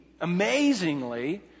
amazingly